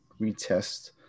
retest